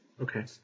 Okay